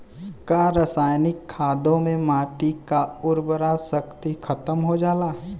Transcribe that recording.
का रसायनिक खादों से माटी क उर्वरा शक्ति खतम हो जाला?